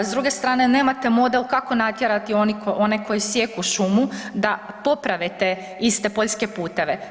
S druge strane, nemate model kako natjerati one koji sijeku šumu, da poprave te iste poljske puteve.